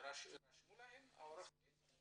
רשמו לכם עורך הדין?